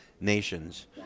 nations